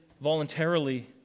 voluntarily